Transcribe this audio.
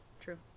True